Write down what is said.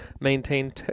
maintain